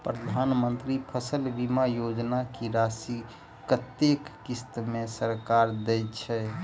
प्रधानमंत्री फसल बीमा योजना की राशि कत्ते किस्त मे सरकार देय छै?